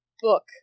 book